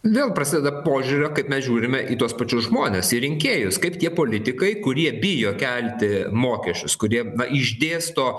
vėl prasideda požiūrio kaip mes žiūrime į tuos pačius žmones į rinkėjus kaip tie politikai kurie bijo kelti mokesčius kurie na išdėsto